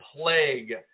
plague